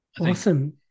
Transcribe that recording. Awesome